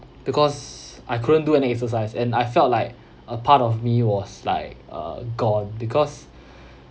because I couldn't do any exercise and I felt like a part of me was like uh gone because